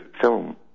film